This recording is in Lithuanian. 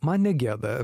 man negėda